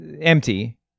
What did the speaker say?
empty